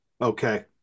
Okay